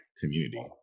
community